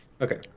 Okay